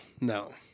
No